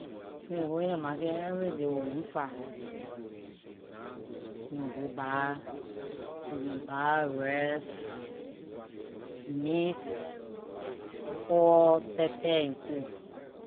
We can go in ley market every day with one five, we can go buy- we can buy rice, meat, oil, pepper and coal.